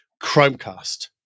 Chromecast